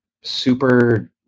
super